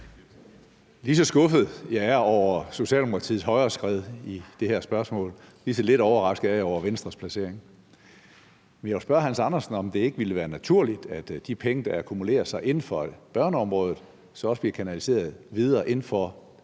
Lige så skuffet jeg er over Socialdemokratiet højreskred i det her spørgsmål, lige så lidt overrasket er jeg over Venstres placering. Men jeg vil spørge hr. Hans Andersen, om det ikke ville være naturligt, at de penge, der akkumuleres inden for børneområdet, så også bliver kanaliseret videre inden for